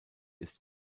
ist